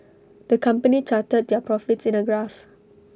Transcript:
the company charted their profits in A graph